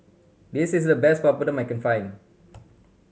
this is the best Papadum that I can find